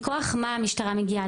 מכוח מה המשטרה מגיעה?